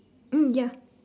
oh ya